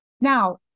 Now